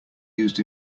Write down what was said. used